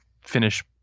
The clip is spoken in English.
finish